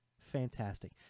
Fantastic